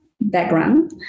background